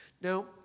Now